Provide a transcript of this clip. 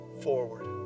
forward